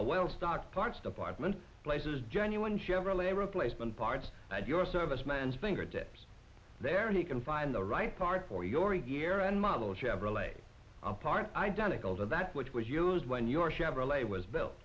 a well stocked parts department places genuine chevrolet replacement parts and your service man's fingertips there and you can find the right parts for your year and model chevrolet part identical to that which was used when your chevrolet was built